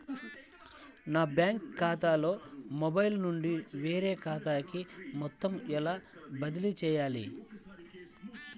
నా బ్యాంక్ ఖాతాలో మొబైల్ నుండి వేరే ఖాతాకి మొత్తం ఎలా బదిలీ చేయాలి?